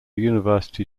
university